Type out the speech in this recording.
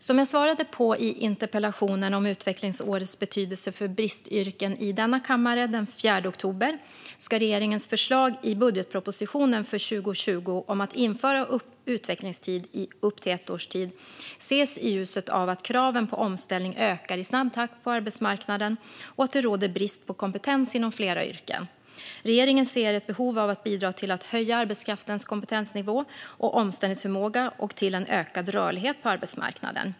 Som jag svarade på interpellationen om utvecklingsårets betydelse för bristyrken i denna kammare den 4 oktober ska regeringens förslag i budgetpropositionen för 2020 om att införa utvecklingstid i upp till ett års tid ses i ljuset av att kraven på omställning ökar i snabb takt på arbetsmarknaden och att det råder brist på kompetens inom flera yrken. Regeringen ser ett behov av att bidra till att höja arbetskraftens kompetensnivå och omställningsförmåga och till en ökad rörlighet på arbetsmarknaden.